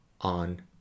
on